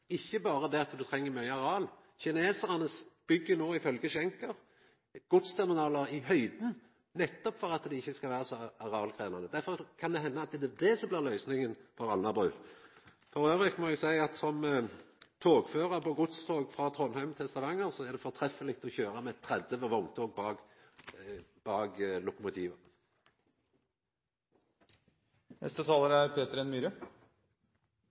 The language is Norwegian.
ikkje berre det at det treng mykje areal. Kinesarane byggjer no, ifølgje Schenker, godsterminalar i høgda, nettopp for at det ikkje skal vera så arealkrevjande. Derfor kan det henda at det er det som blir løysinga for Alnabru. Elles må eg seia at som togførar på godstog frå Trondheim til Stavanger er det fortreffeleg å kjøra med 30 vogntog bak lokomotivet. Det er